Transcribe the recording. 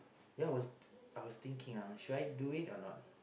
ya I was I was think ah should I do it or not